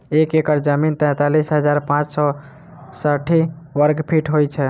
एक एकड़ जमीन तैँतालिस हजार पाँच सौ साठि वर्गफीट होइ छै